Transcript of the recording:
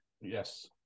Yes